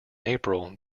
april